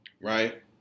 Right